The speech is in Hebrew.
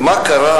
מה קרה